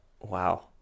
Wow